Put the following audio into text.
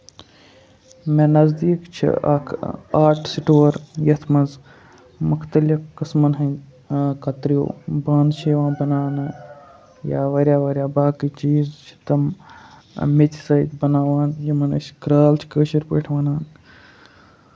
مےٚ نَزدیٖک چھُ اکھ آرٹ سِٹور یَتھ منٛز مُختٔلِف قٔسمَن ہِندۍ کَتریو بانہٕ چھِ یِوان بَناونہٕ یا واریاہ واریاہ باقٕے چیٖز چھِ تِم میٚژِ سۭتۍ بَناوان یِمن أسۍ کرال چھِ کٲشِر پٲٹھۍ وَنان